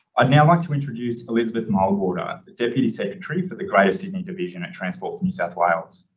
i'd now like to introduce elizabeth mildwater, the deputy secretary for the greater sydney division at transport from new south wales.